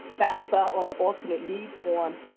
fasfa or the alternate need form,